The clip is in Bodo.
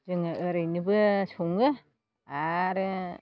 जोङो ओरैनोबो सङो आरो